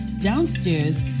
downstairs